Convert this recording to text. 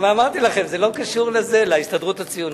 אמרתי לכם שזה לא קשור להסתדרות הציונית.